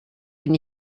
bin